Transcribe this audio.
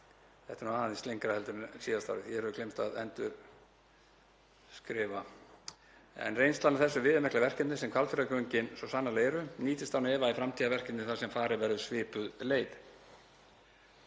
Þetta er nú aðeins lengra en á síðasta ári, hér hefur gleymst að endurskrifa, en reynslan af þessu viðamikla verkefni, sem Hvalfjarðargöng svo sannarlega eru, nýtist án efa í framtíðarverkefni þar sem farin verður svipuð leið.